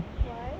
why